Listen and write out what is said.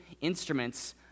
instruments